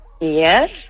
Yes